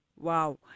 Wow